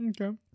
Okay